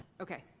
okay.